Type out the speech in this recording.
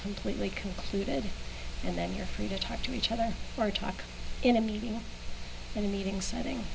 completely concluded and then you're free to talk to each other or talk in a meeting in a meeting